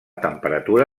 temperatura